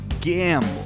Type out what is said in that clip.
Gamble